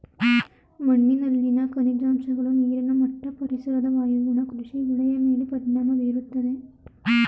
ಮಣ್ಣಿನಲ್ಲಿನ ಖನಿಜಾಂಶಗಳು, ನೀರಿನ ಮಟ್ಟ, ಪರಿಸರದ ವಾಯುಗುಣ ಕೃಷಿ ಬೆಳೆಯ ಮೇಲೆ ಪರಿಣಾಮ ಬೀರುತ್ತದೆ